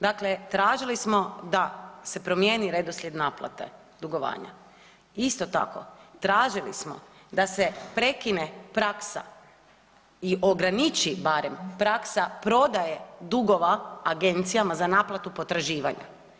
Dakle tražili smo da se promijeni redoslijed naplate dugovanja, isto tako, tražili smo da se prekine praksa i ograniči barem praksa prodaje dugova agencijama za naplatu potraživanja.